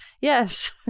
Yes